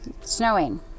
snowing